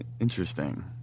Interesting